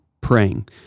praying